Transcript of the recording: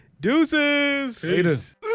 deuces